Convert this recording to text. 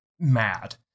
mad